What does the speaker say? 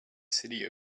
city